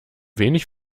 wenig